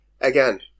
Again